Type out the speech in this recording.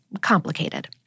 complicated